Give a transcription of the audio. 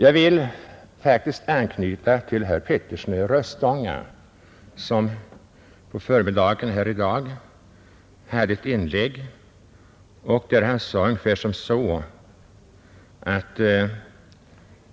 Jag vill faktiskt anknyta till vad herr Petersson i Röstånga sade i ett anförande på förmiddagen. Han sade ungefär att